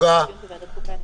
אני פותח את ישיבת ועדת החוקה.